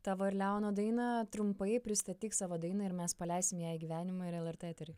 tavo ir leono dainą trumpai pristatyk savo dainą ir mes paleisim ją į gyvenimą ir lrt eterį